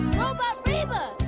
robot reba,